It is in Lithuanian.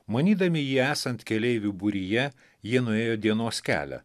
manydami jį esant keleivių būryje jie nuėjo dienos kelią